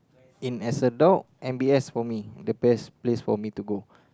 in as adult m_b_s for me the best place for me to go